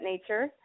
nature